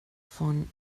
von